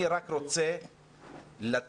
אני רק רוצה לתת